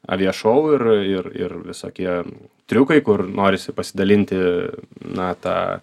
avia šou ir ir ir visokie triukai kur norisi pasidalinti na ta